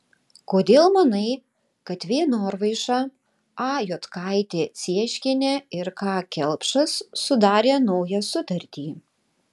kodėl manai kad v norvaiša a juodkaitė cieškienė ir k kelpšas sudarė naują sutartį